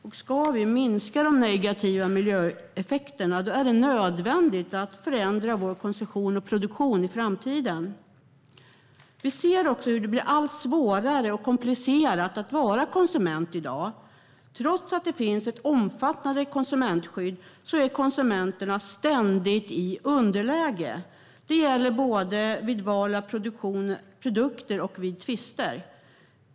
Om vi ska kunna minska de negativa miljöeffekterna är det nödvändigt att förändra vår konsumtion och produktion i framtiden. Vi ser hur det blir allt svårare och komplicerat att vara konsument i dag. Trots att det finns ett omfattande konsumentskydd är konsumenterna ständigt i underläge. Det gäller både vid val av produkter och vid tvister.